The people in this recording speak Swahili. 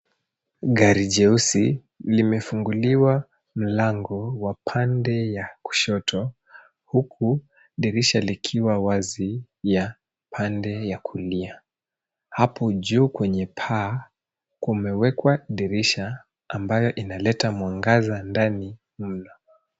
Gari jeusi limefunguliwa mlango wa pande ya kushoto, huku dirisha likiwa wazi ya pande ya kulia. Hapo juu kwenye paa, kumewekwa dirisha ambayo inaleta mwangaza ndani mno.